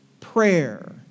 Prayer